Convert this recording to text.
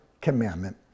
commandment